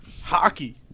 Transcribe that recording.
Hockey